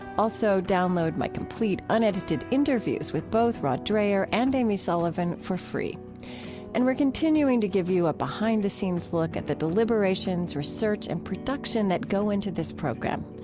also download my complete unedited interviews with both rod dreher and amy sullivan for free and we're continuing to give you a behind-the-scenes look at the deliberations, research, and production that go into this program.